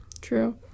True